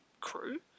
crew